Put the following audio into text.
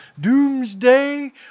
Doomsday